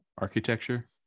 architecture